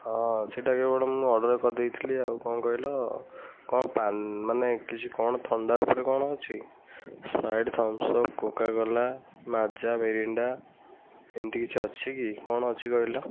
ହଁ ସେଇଟା କେବଳ ମୁଁ ଅର୍ଡ଼ର କରି ଦେଇଥିଲି ଆଉ କ'ଣ କହିଲ କ'ଣ ପା ମାନେ କିଛି କ'ଣ ଥଣ୍ଡା ଉପରେ କ'ଣ ଅଛି Sprite Thums Up Coca Cola Maaza Mirinda ଏମିତି କିଛି ଅଛି କି କ'ଣ ଅଛି କହିଲ